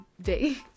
day